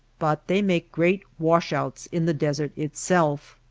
but they make great wash outs in the desert itself.